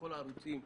לכל הערוצים,